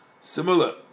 Similar